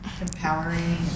empowering